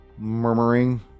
murmuring